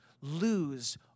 lose